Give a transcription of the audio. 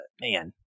man